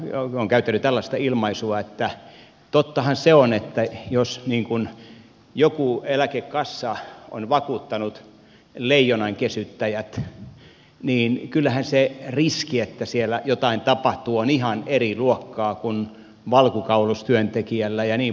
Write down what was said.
olen käyttänyt tällaista ilmaisua että tottahan se on että jos joku eläkekassa on vakuuttanut leijonankesyttäjät niin kyllähän se riski että siellä jotain tapahtuu on ihan eri luokkaa kuin valkokaulustyöntekijällä jnp